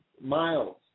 miles